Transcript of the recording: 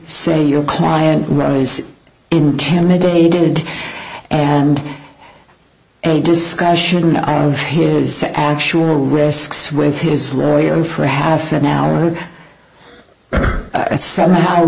say your client is intimidated and a discussion of his actual risks with his lawyer for half an hour and somehow